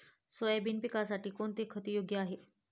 Soybean पिकासाठी कोणते खत योग्य आहे?